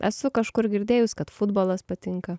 esu kažkur girdėjus kad futbolas patinka